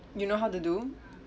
you know how to do